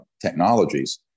technologies